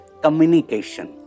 communication